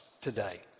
today